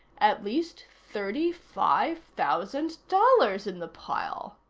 at least thirty-five thousand dollars in the pile.